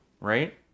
right